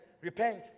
repent